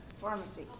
pharmacy